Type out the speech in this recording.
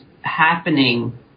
happening